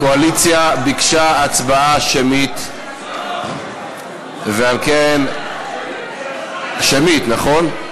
הקואליציה ביקשה הצבעה שמית, ועל כן, שמית, נכון?